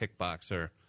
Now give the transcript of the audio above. kickboxer